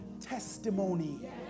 testimony